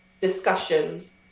discussions